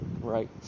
right